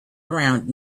around